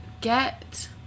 get